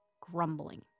grumbling